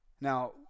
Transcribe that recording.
Now